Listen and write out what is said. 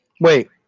Wait